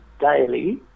daily